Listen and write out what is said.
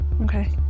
Okay